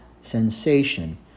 sensation